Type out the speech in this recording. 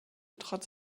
trotz